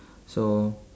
so